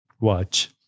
watch